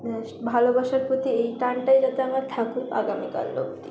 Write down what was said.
বেশ ভালোবাসার প্রতি এই টানটাই যাতে আমার থাকুক আগামীকাল অবধি